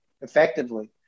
effectively